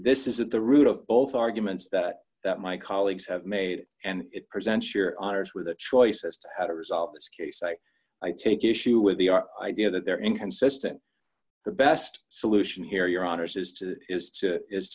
this is at the root of both arguments that my colleagues have made and it presents your honour's with a choice as to how to resolve this case say i take issue with the our idea that they're inconsistent the best solution here your honour's is to is to is